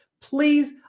Please